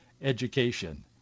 education